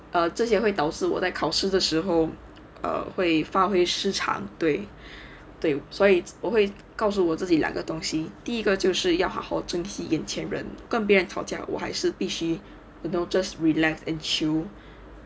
err 这些会导致我在考试的时候 err 会发挥失常对对所以我会告诉我自己两个东西第一个就是要好好珍惜眼前人跟别人吵架我还是必须 you know just relax and chill